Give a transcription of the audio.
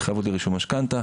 התחייבות לרישום משכנתה.